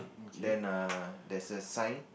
then err there's a sign